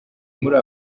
muri